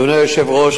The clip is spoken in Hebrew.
אדוני היושב-ראש,